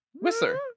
Whistler